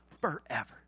forever